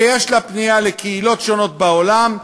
שיש לה פנייה לקהילות שונות בעולם,